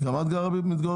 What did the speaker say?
גם את גרה בירושלים?